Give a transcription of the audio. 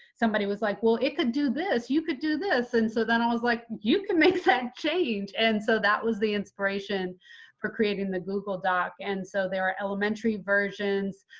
somebody was like, well, it could do this, you could do this. and so then i was like, you can make that change. and so that was the inspiration for creating the google doc. and so there are elementary versions.